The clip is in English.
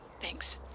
Thanks